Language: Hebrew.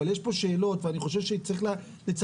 אבל יש פה שאלות ואני חושב שצריך לצמצם.